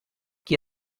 qui